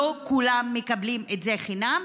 לא כולם מקבלים את זה חינם.